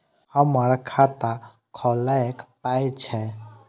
हमर खाता खौलैक पाय छै